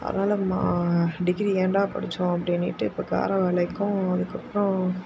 அதனால் நான் டிகிரி ஏண்டா படித்தோம் அப்படின்னுட்டு இப்போது காரை வேலக்கும் அதுக்கப்புறோம்